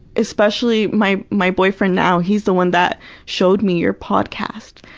especially my my boyfriend now he's the one that showed me your podcast.